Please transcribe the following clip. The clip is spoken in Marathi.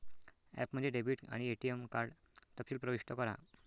ॲपमध्ये डेबिट आणि एटीएम कार्ड तपशील प्रविष्ट करा